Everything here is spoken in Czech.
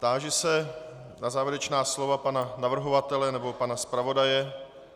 Táži se na závěrečná slova pana navrhovatele nebo pana zpravodaje.